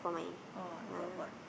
oh I got a board